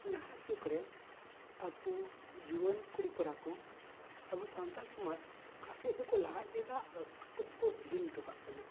ᱱᱟᱦᱟᱜ ᱡᱩᱜᱽ ᱨᱮ ᱟᱵᱚ ᱡᱩᱣᱟᱹᱱ ᱠᱩᱲᱤ ᱠᱚᱲᱟ ᱠᱚ ᱟᱵᱚ ᱥᱟᱱᱛᱟᱞ ᱥᱟᱢᱟᱡ ᱚᱠᱟ ᱥᱮᱡ ᱫᱚᱠᱚ ᱞᱟᱦᱟ ᱤᱫᱤᱭᱮᱫᱟ ᱟᱨ ᱚᱠᱟ ᱠᱚᱫᱚ ᱠᱚ ᱦᱤᱲᱤᱧ ᱦᱚᱴᱚᱠᱟᱜ ᱠᱟᱱᱟ